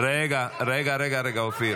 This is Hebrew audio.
רגע, רגע, אופיר.